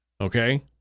Okay